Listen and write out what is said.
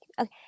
Okay